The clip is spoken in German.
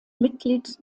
mitglied